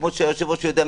כמו שהיושב-ראש יודע,